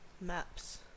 Maps